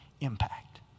impact